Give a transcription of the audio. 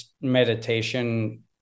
meditation